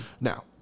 Now